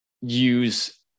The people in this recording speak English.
use